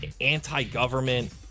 anti-government